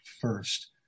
first